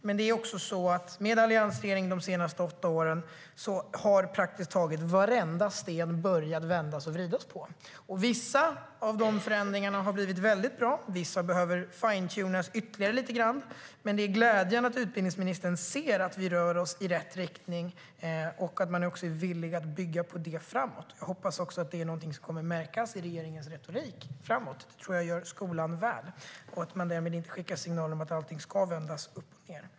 Men med alliansregeringen de senaste åtta åren har också praktiskt taget varenda sten börjat vändas och vridas på. Vissa av förändringarna har blivit väldigt bra. Vissa behöver "finetunas" ytterligare lite grann. Men det är glädjande att utbildningsministern ser att vi rör oss i rätt riktning och att man är villig att bygga på det framåt. Jag hoppas också att det är någonting som kommer att märkas i regeringens retorik framöver. Det tror jag gör skolan gott, och därmed skickar man inte signalen om att allting ska vändas upp och ned.